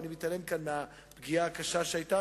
ואני מתעלם כאן מהפגיעה הקשה שהיתה,